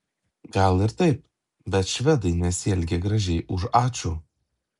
gal ir taip bet švedai nesielgia gražiai už ačiū